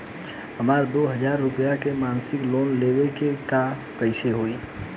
हमरा दो हज़ार रुपया के मासिक लोन लेवे के बा कइसे होई?